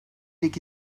iki